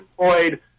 employed